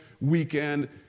weekend